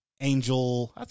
Angel